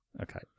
Okay